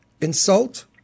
insult